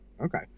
Okay